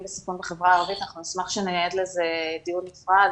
בסיכון בחברה הערבית אנחנו נשמח שנייעד לזה דיון נפרד,